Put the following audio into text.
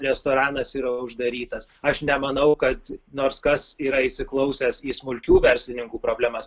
restoranas yra uždarytas aš nemanau kad nors kas yra įsiklausęs į smulkių verslininkų problemas